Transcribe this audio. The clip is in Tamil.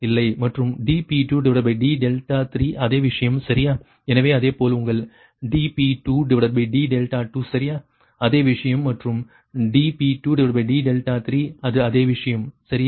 dP3d2 V3V2Y32sin 32 32 dP3d3V3V1Y31sin 31 31 V3V2Y32sin 32 32 மற்றும் dP2d3 அதே விஷயம் சரியா எனவே அதே போல் உங்கள் dP2d2 சரியா அதே விஷயம் மற்றும் dP2d3 அது அதே விஷயம் சரியா